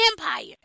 empire